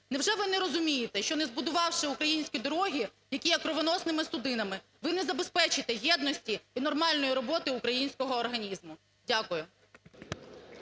Невже ви не розуміє, що, не збудувавши українські дороги, які є кровоносними судина, ви не забезпечите єдності і нормальної роботи українського організму. Дякую.